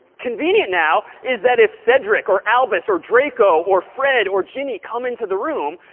convenient now is that if cedric or albus or draco or fred or ginny come into the room,